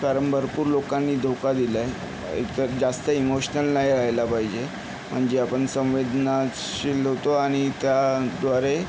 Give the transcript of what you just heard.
कारण भरपूर लोकांनी धोका दिला आहे एक तर जास्त इमोशनल नाही रहायला पाहिजे म्हणजे आपण संवेदनाशील होतो आणि त्याद्वारे